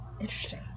Interesting